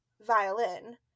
violin